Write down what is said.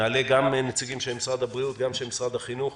נעלה גם נציגים של משרד הבריאות וגם של משרד החינוך.